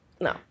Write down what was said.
no